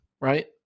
right